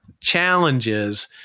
challenges